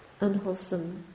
unwholesome